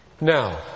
Now